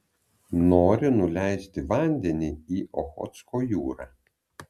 nori nuleisti vandenį į ochotsko jūrą